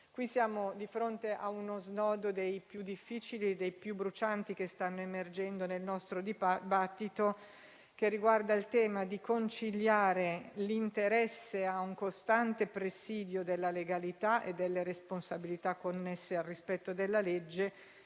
Siamo di fronte a uno snodo dei più difficili e dei più brucianti che stanno emergendo nel nostro dibattito; uno stato che riguarda il tema di conciliare l'interesse a un costante presidio della legalità e delle responsabilità connesse al rispetto della legge